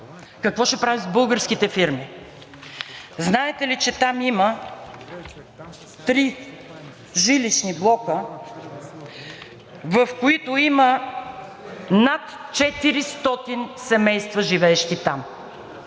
какво ще правим с българските фирми. Знаете ли, че там има три жилищни блока, в които има над 400 семейства, живеещи там.